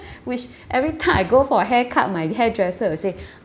which every time I go for a hair cut my hairdresser will say